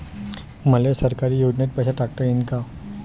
मले सरकारी योजतेन पैसा टाकता येईन काय?